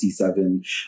C7